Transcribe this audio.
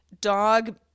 dog